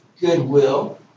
goodwill